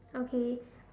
okay